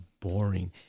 boring